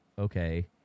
okay